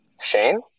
Shane